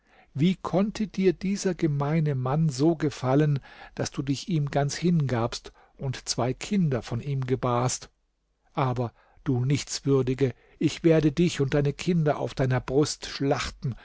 wie konnte dir dieser gemeine mann so gefallen daß du dich ihm ganz hingabst und zwei kinder von ihm gebarst aber du nichtswürdige ich werde dich und deine kinder auf deiner brust schlachten